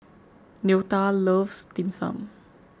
Leota loves Dim Sum